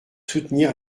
soutenir